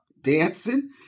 dancing